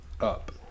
up